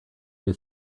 new